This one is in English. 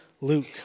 Luke